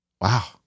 Wow